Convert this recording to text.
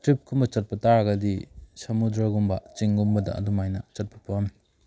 ꯇ꯭ꯔꯤꯞꯀꯨꯝꯕ ꯆꯠꯄ ꯇꯥꯔꯒꯗꯤ ꯁꯃꯨꯗ꯭ꯔꯒꯨꯝꯕ ꯆꯤꯡꯒꯨꯝꯕꯗ ꯑꯗꯨꯃꯥꯏꯅ ꯆꯠꯄ ꯄꯥꯝꯃꯤ